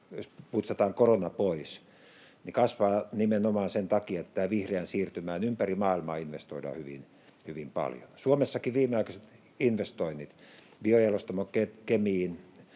jos putsataan korona pois, kasvaa nimenomaan sen takia, että vihreään siirtymään ympäri maailmaa investoidaan hyvin paljon. Suomessakin viimeaikaiset investoinnit — biojalostamo Kemiin